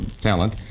talent